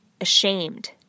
ashamed